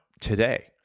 today